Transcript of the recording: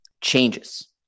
changes